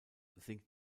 sinkt